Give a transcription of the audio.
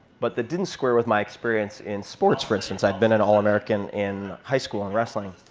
but that didn't square with my experience in sports, for instance. i'd been an all-american in high school in wrestling.